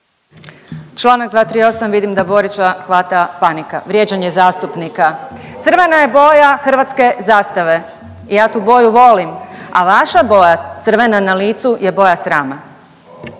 Čl. 238., vidim da Borića hvata panika, vrijeđanje zastupnika. Crvena je boja hrvatske zastave i ja tu boju volim, a vaša boja crvena na licu je boja srama.